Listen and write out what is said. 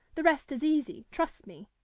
the rest is easy, trust me.